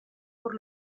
por